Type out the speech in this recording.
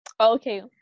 Okay